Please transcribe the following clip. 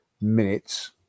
minutes